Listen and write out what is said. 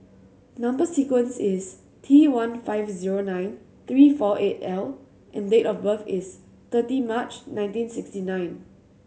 number sequence is T one five zero nine three four eight L and date of birth is thirty March nineteen sixty nine